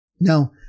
Now